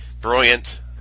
brilliant